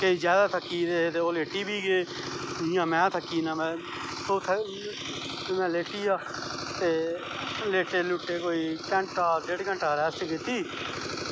केी जादा थक्की गेदे हे ओह् लेटी बी गे जियां में थक्की जन्नां इयां लेटी गेई लेटे लूटे कोई घैंटीा डेड़ घैंट मस्ती कीती